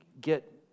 get